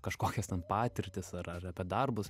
kažkokias ten patirtis ar ar apie darbus